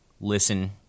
listen